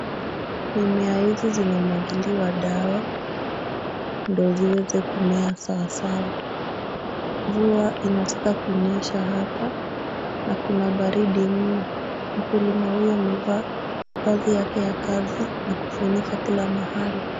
Mimea hizi zinamwagiliwa dawa ndiyo ziweze kumea sawasawa. Mvua inataka kunyesha hapa na kuna baridi mno. Mkulima huyu amevaa vazi yake ya kazi na kufunika kila mahali.